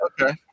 Okay